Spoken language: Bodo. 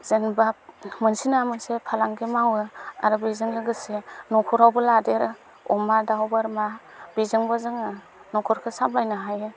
जेनबा मोनसे नङा मोनसे फालांगि मावो आरो बेजों लोगोसे नखरावबो लादेरो अमा दाव बोरमा बेजोंबो जोङो नखरखौ सामलायनो हायो